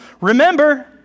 Remember